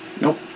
Nope